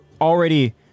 already